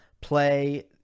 play